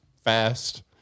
fast